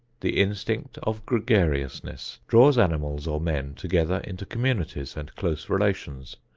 the instinct of gregariousness draws animals or men together into communities and close relations.